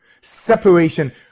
separation